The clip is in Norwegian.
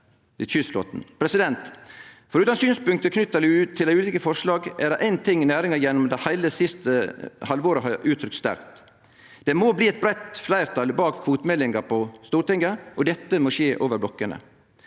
kystflåten. Forutan synspunkt knytte til dei ulike forslaga er det éin ting næringa gjennom heile det siste halvåret har uttrykt sterkt: Det må bli eit breitt fleirtal bak kvotemeldinga på Stortinget, og dette må skje over blokkene.